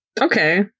Okay